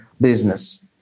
business